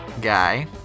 guy